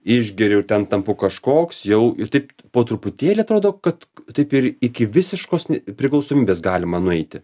išgeriu ir ten tampu kažkoks jau ir taip po truputėlį atrodo kad taip ir iki visiškos priklausomybės galima nueiti